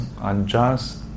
unjust